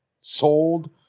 sold